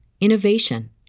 innovation